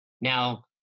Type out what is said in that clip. Now